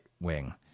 wing